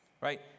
right